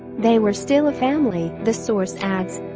they were still a family, the source adds.